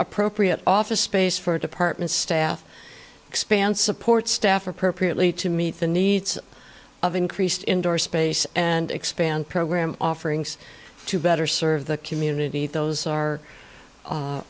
appropriate office space for department staff expand support staff appropriately to meet the needs of increased indoor space and expand program offerings to better serve the community those are